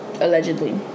allegedly